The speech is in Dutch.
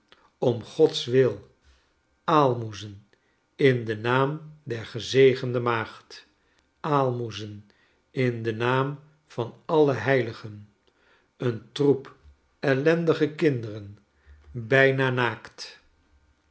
om gods wil aalraoezen in den naam der gezegende maagd aalmoezen in den naam van alle heiligen een troep eliendige kinderen